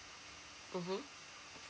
mmhmm